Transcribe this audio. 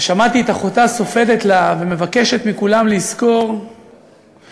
ושמעתי את אחותה סופדת לה ומבקשת מכולם לזכור שלנו,